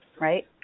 right